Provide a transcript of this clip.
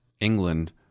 England